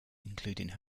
including